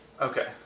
okay